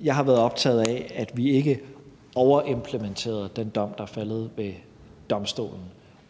Jeg har været optaget af, at vi ikke overimplementerede den dom, der er faldet ved domstolen,